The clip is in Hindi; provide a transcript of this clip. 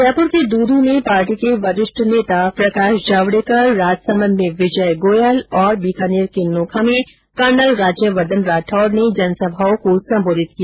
जयपुर के दूदू में वरिष्ठ नेता प्रकाश जावडेकर राजसमंद में विजय गोयल और बीकानेर के नोखा में कर्नल राज्यवर्द्वन राठौड ने जनसभाओं को संबोधित किया